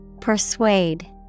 Persuade